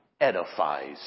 edifies